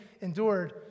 endured